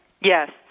Yes